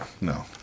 No